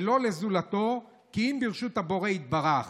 ולא לזולתו כי אם ברשות הבורא יתברך.